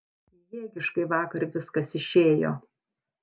jėgiškai vakar viskas išėjo